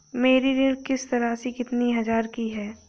मेरी ऋण किश्त राशि कितनी हजार की है?